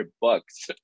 bucks